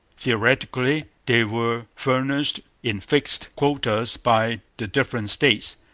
theoretically they were furnished in fixed quotas by the different states,